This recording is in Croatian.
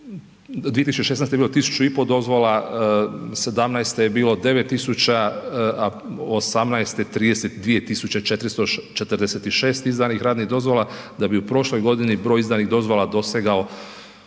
2016. je bilo 1 500 dozvola, '17. je bilo 9 tisuća, a '18. 32 446 izdanih radnih dozvola, da bi u prošloj godini broj izdanih dozvola dosegao